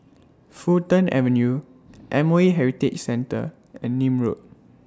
Fulton Avenue M O E Heritage Centre and Nim Road